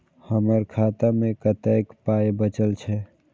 हमर खाता मे कतैक पाय बचल छै